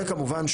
וכמובן,